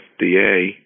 FDA